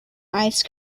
ice